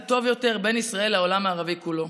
טוב יותר בין ישראל לעולם הערבי כולו.